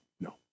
no